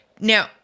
now